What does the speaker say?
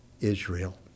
Israel